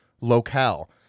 locale